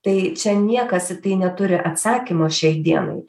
tai čia niekas į tai neturi atsakymo šiai dienai